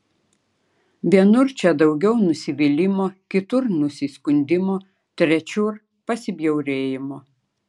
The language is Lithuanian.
vienur čia daugiau nusivylimo kitur nusiskundimo trečiur pasibjaurėjimo